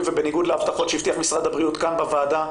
ובניגוד להבטחות שהבטיח משרד הבריאות כאן בוועדה,